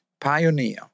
pioneer